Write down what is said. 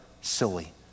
silly